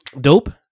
Dope